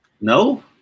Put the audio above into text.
No